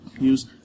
use